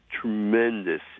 tremendous